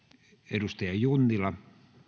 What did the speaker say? arvoisa